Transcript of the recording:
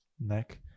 neck